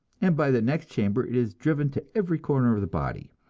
and by the next chamber it is driven to every corner of the body.